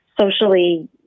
socially